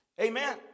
Amen